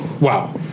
wow